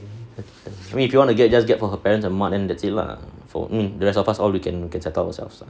I mean if you want to get just get for her parents and mak then that's it lah for the rest of us all we can can settle ourselves lah